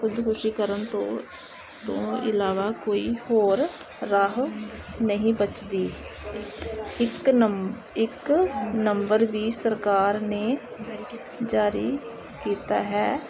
ਖੁਦਕੁਸ਼ੀ ਕਰਨ ਤੋਂ ਤੋਂ ਇਲਾਵਾ ਕੋਈ ਹੋਰ ਰਾਹ ਨਹੀਂ ਬਚਦਾ ਇੱਕ ਨੰਬ ਇੱਕ ਨੰਬਰ ਵੀ ਸਰਕਾਰ ਨੇ ਜਾਰੀ ਕੀਤਾ ਹੈ